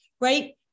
right